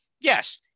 Yes